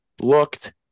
looked